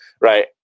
Right